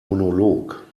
monolog